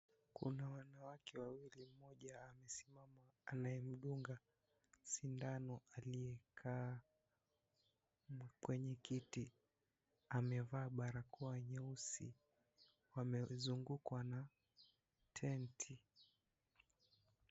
Kuna wanawake wawili mmoja amesimama anayemdunga sindano aliyekaa kwenye kiti, amevaa barakoa nyeusi wamezungukwa na tenti.